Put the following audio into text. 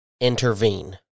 intervene